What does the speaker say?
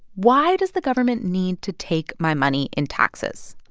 why does the government need to take my money in taxes?